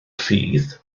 rhydd